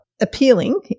appealing